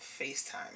FaceTime